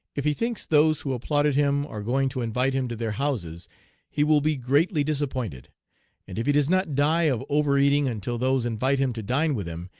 if he thinks those who applauded him are going to invite him to their houses he will be greatly disappointed. and if he does not die of overeating until those invite him to dine with them,